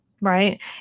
Right